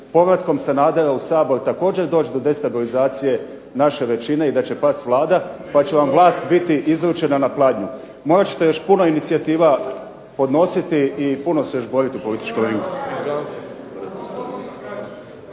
povratkom Sanadera u Sabor također doći do destabilizacije naše većine i da će pasti Vlada pa će vam vlast biti izručena na pladnju. Morat ćete još puno inicijativa podnositi i puno se još boriti u političkom ringu.